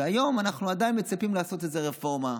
היום אנחנו עדיין מצפים לעשות איזה רפורמה,